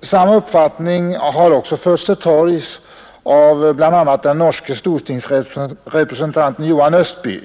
Samma uppfattning har också förts till torgs av bl.a. den norske stortingsrepresentanten Johan Östby.